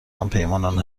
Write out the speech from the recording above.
همپیمانان